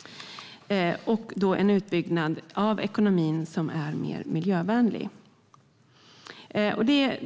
- och då en utbyggnad av ekonomin som är mer miljövänlig.